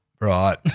right